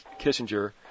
kissinger